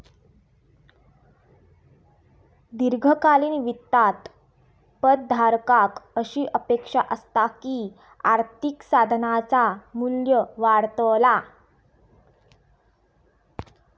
दीर्घकालीन वित्तात पद धारकाक अशी अपेक्षा असता की आर्थिक साधनाचा मू्ल्य वाढतला